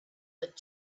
that